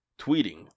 Tweeting